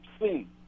seen